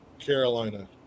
Carolina